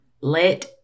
Let